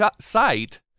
site